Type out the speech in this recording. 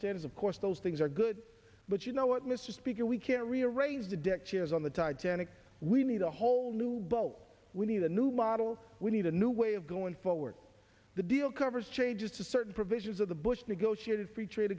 standards of course those things are good but you know what mr speaker we can't rearrange the deck chairs on the titanic we need a whole new boat we need a new model we need a new way of going forward the deal covers changes to certain provisions of the bush negotiated free trade